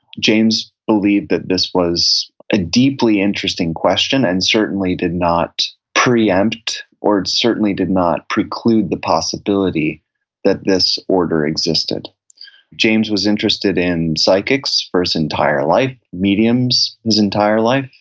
james believed that this was a deeply interesting question, and certainly did not preempt or certainly did not preclude the possibility that this order existed james was interested in psychics for his entire life, mediums his entire life.